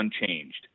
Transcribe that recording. unchanged